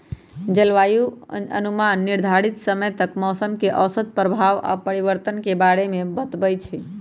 जलवायु अनुमान निर्धारित समय तक मौसम के औसत प्रभाव आऽ परिवर्तन के बारे में बतबइ छइ